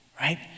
right